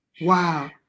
wow